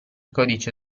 codice